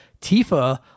Tifa